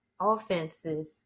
offenses